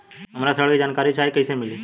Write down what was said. हमरा ऋण के जानकारी चाही कइसे मिली?